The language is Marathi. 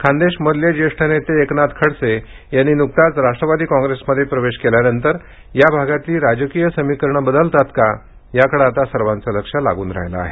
खानदेशमधले ज्येष्ठ नेते एकनाथ खडसे यांनी नुकताच राष्ट्रवादी काँग्रेसमध्ये केल्यानंतर या भागातली राजकीय समीकरण बदलतात का याकडे आता सर्वाचं लक्ष लागून राहिलं आहे